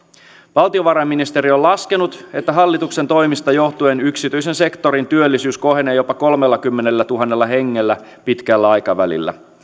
valtiovarainministeriö on laskenut että hallituksen toimista johtuen yksityisen sektorin työllisyys kohenee jopa kolmellakymmenellätuhannella hengellä pitkällä aikavälillä